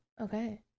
Okay